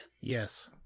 Yes